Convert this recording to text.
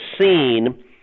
seen